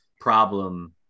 problem